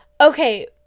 Okay